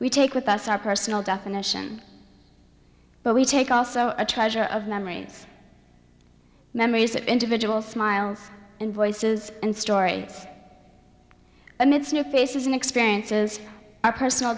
we take with us our personal definition but we take also a treasure of memories memories that individual smiles and voices and stories and myths new faces and experiences our personal